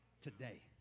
today